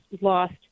lost